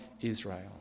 Israel